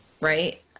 right